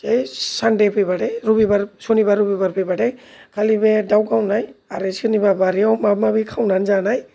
जै सानदे फैबाथाय रबिबार शनिबार रबिबार फैबाथाय खालि बे दाउ गावनाय आरो सोरनिबा बारिआव माबा माबि खावनानै जानाय